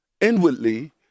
Inwardly